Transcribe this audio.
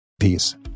Peace